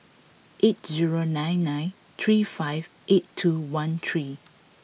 eight zero nine nine three five eight two one three